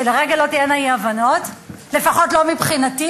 שלרגע לא תהיינה אי-הבנות, לפחות לא מבחינתי.